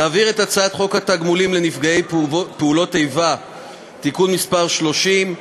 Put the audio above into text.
להעביר את הצעת חוק התגמולים לנפגעי פעולות איבה (תיקון מס' 30),